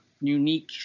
unique